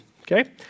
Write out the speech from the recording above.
Okay